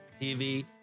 TV